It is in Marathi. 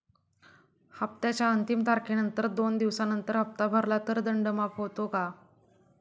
हप्त्याच्या अंतिम तारखेनंतर दोन दिवसानंतर हप्ता भरला तर दंड माफ होतो का?